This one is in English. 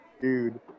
dude